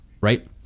Right